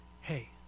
hey